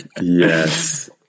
Yes